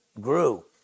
grew